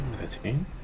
Thirteen